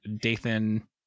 dathan